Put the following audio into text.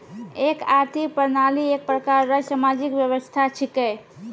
एक आर्थिक प्रणाली एक प्रकार रो सामाजिक व्यवस्था छिकै